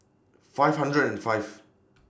five hundred and five